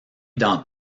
dans